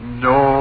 no